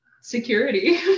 security